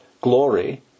glory